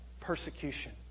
persecution